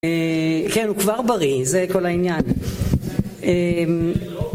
כן, הוא כבר בריא, זה כל העניין.